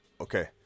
Okay